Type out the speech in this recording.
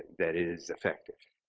that is effective,